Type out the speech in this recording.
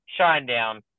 Shinedown